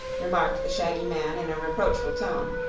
remarked the shaggy man, in a reproachful tone.